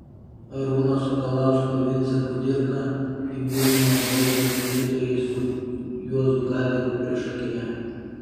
arūno sakalausko vincą kudirką į vilnių atbogino gydytojai su juozu galdiku priešakyje